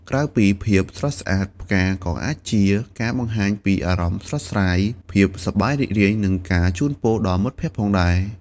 ក្រៅពីភាពស្រស់ស្អាត ផ្កាក៏អាចជាការបង្ហាញពីអារម្មណ៍ស្រស់ស្រាយ ភាពសប្បាយរីករាយ និងការជូនពរដល់មិត្តភក្តិផងដែរ។